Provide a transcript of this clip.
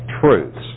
truths